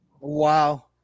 wow